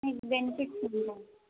మీకు బెనిఫిట్స్ ఉంటాయి